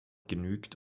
genügt